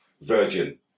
virgin